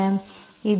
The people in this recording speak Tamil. இப்போது ∂M∂y என்ன